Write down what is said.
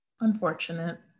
Unfortunate